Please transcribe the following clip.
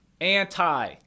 anti